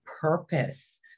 purpose